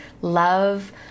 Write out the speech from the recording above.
love